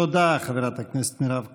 תודה, חברת הכנסת מירב כהן.